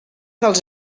dels